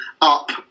up